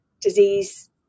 disease